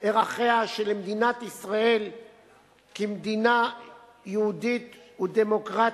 ערכיה של מדינת ישראל כמדינה יהודית ודמוקרטית,